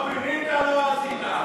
לא פינית, לא עשית.